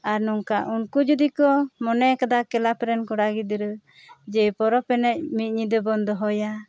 ᱟᱨ ᱱᱚᱝᱠᱟ ᱩᱱᱠᱩ ᱡᱩᱫᱤ ᱠᱚ ᱢᱚᱱᱮ ᱟᱠᱟᱫᱟ ᱠᱞᱟᱵ ᱨᱮᱱ ᱠᱚᱲᱟ ᱜᱤᱫᱽᱨᱟᱹ ᱡᱮ ᱯᱚᱨᱚᱵᱽ ᱮᱱᱮᱡ ᱢᱤᱫ ᱧᱤᱫᱟᱹ ᱵᱚᱱ ᱫᱚᱦᱚᱭᱟ